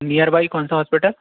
nearby कौनसा hospital